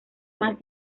más